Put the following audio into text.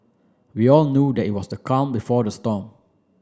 we all knew that it was the calm before the storm